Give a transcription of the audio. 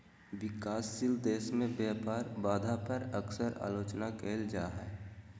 विकासशील देश में व्यापार बाधा पर अक्सर आलोचना कइल जा हइ